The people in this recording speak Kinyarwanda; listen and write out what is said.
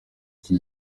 iki